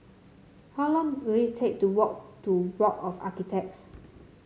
how long will it take to walk to Board of Architects